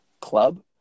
club